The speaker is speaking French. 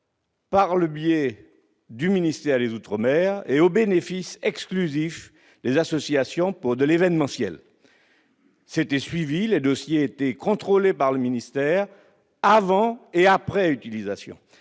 Par le biais du ministère des Outre-Mer et au bénéfice exclusif les associations pour de l'événement, ciel c'était suivi les dossiers étaient contrôlés par le ministère, avant et après utilisation,